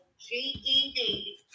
GED